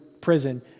prison